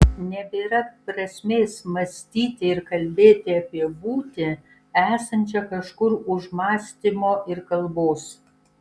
nebėra prasmės mąstyti ir kalbėti apie būtį esančią kažkur už mąstymo ir kalbos